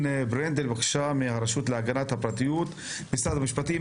ברנדל, הרשות להגנת הפרטיות, משרד המשפטים,